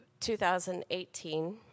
2018